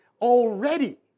already